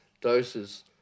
doses